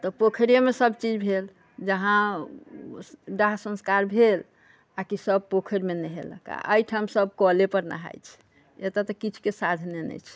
तऽ पोखरि मे सबचीज भेल जहाँ दाह संस्कार भेल आ की सब पोखरि मे नहेलक एहिठाम सब कले पर नहाइ छै एतए तऽ किछु के साधने नहि छै